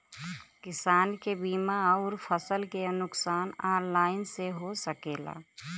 किसान के बीमा अउर फसल के नुकसान ऑनलाइन से हो सकेला?